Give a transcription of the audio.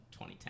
2010